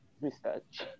research